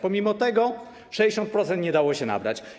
Pomimo tego 60% nie dało się nabrać.